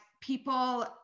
people